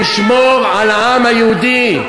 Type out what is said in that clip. לשמור על העם היהודי.